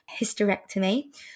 hysterectomy